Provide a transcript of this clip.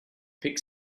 pick